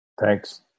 Thanks